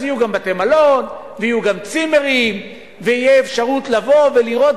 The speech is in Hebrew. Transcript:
אז יהיו גם בתי-מלון ויהיו גם צימרים ותהיה אפשרות לבוא ולראות